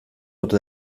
ote